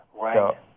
Right